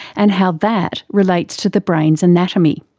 and how that relates to the brain's anatomy.